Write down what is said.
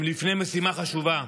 הם לפני משימה חשובה.